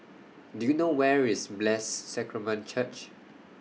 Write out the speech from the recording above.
Do YOU know Where IS Blessed Sacrament Church